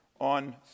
on